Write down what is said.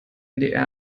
ndr